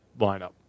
lineup